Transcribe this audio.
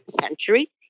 century